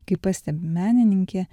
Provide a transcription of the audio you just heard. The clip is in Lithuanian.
kaip pastebi menininkė